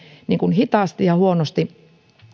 hitaasti ja huonosti